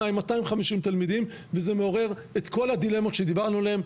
היא 250 תלמידים וזה מעורר את כל הדילמות שדיברנו עליהם,